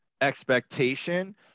expectation